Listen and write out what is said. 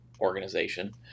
organization